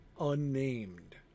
unnamed